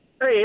Hey